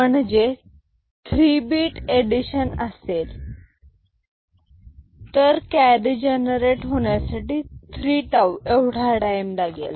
म्हणजे 3 bit addition असेल तरी कॅरी जनरेट होण्यासाठी 3 टाऊ एवढा टाईम लागेल